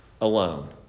alone